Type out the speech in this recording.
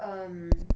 um